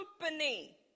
company